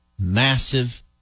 massive